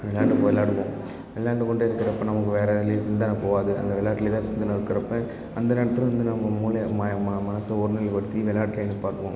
அதனால் போய் விள்ளாடுவோம் விள்ளாண்டுக்கொண்டே இருக்குறப்போ நமக்கு வேறு எதுலையும் சிந்தனைப் போவாது அந்த விளையாட்டுலையே தான் சிந்தனை இருக்குறப்போ அந்த நேரத்தில் வந்து நம்ம மூளையை ம ம மனதை ஒருநிலைப்படுத்தி விளையாட்டுல ஈடுபடுவோம்